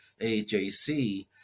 AJC